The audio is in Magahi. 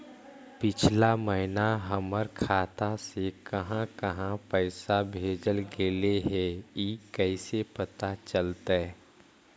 पिछला महिना हमर खाता से काहां काहां पैसा भेजल गेले हे इ कैसे पता चलतै?